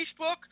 Facebook